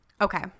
Okay